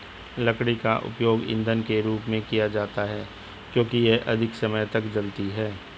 लकड़ी का उपयोग ईंधन के रूप में किया जाता है क्योंकि यह अधिक समय तक जलती है